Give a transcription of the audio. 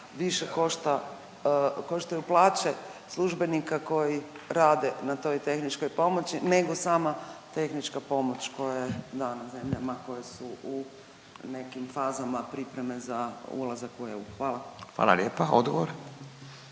više koštaju plaće službenika koji rade na toj tehničkoj pomoći nego sama tehnička pomoć koja je dana zemljama koje su u nekim fazama pripreme za ulazak u EU? Hvala. **Radin, Furio